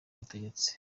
butegetsi